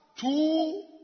two